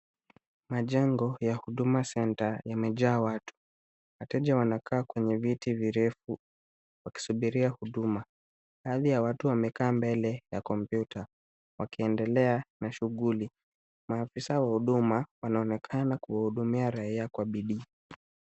Majengo ya Huduma Centre yamejaa watu. Wateja wanakaa kwenye viti virefu wakisubiria huduma. Baadhi ya watu wamekaa mbele ya kompyuta wakiendelea na shughuli. Maafisa wa huduma wanaonekana kuwahudumia raia kwa bidii.